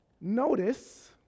Notice